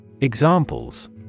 Examples